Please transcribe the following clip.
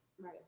Right